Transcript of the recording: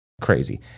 crazy